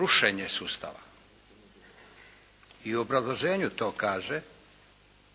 rušenje sustava i u obrazloženju to kaže